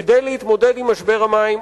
כדי להתמודד עם משבר המים,